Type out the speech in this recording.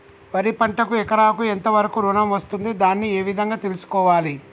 వరి పంటకు ఎకరాకు ఎంత వరకు ఋణం వస్తుంది దాన్ని ఏ విధంగా తెలుసుకోవాలి?